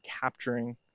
capturing